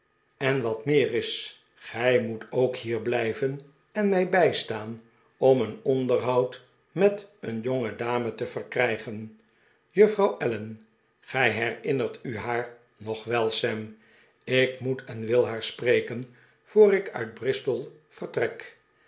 en wat meer is gij moet ook hier blijven en mij bij staan om een onderhoud met een jongedame te verkrijgen juffrouw allen gij herinneri u haar nog wel sam ik moet en wil haar spreken voor ik uit bristol vertrek